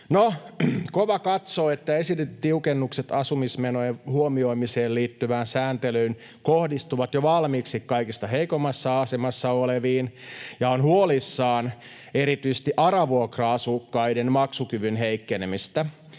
KOVA katsoo, että esitetyt tiukennukset asumismenojen huomioimiseen liittyvään sääntelyyn kohdistuvat jo valmiiksi kaikista heikoimmassa asemassa oleviin, ja on huolissaan erityisesti ARA-vuokra-asukkaiden maksukyvyn heikkenemisestä.